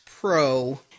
Pro